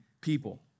people